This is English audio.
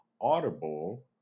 audible